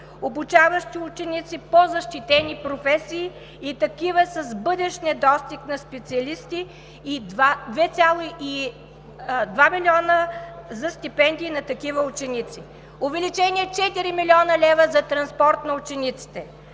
обучаващи ученици по защитени професии и такива с бъдещ недостиг на специалисти и 2 милиона за стипендии на такива ученици. Увеличение – 4 млн. лв. за транспорт на учениците,